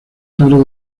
claros